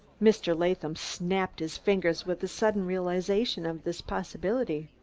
mr. latham snapped his fingers with a sudden realization of this possibility.